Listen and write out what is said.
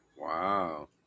Wow